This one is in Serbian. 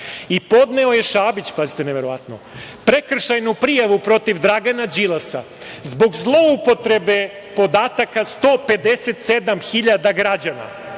i podneo je Šabić, pazite, neverovatno, prekršajnu prijavu protiv Dragana Đilasa zbog zloupotrebe podataka 157 hiljada građana.